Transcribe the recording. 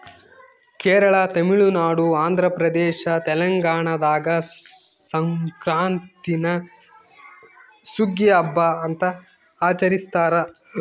ಕೇರಳ ತಮಿಳುನಾಡು ಆಂಧ್ರಪ್ರದೇಶ ತೆಲಂಗಾಣದಾಗ ಸಂಕ್ರಾಂತೀನ ಸುಗ್ಗಿಯ ಹಬ್ಬ ಅಂತ ಆಚರಿಸ್ತಾರ